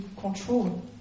control